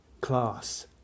Class